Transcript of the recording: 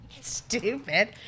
Stupid